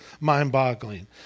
mind-boggling